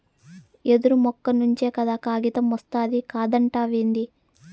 యెదురు మొక్క నుంచే కదా కాగితమొస్తాది కాదంటావేంది